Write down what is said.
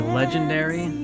legendary